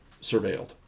surveilled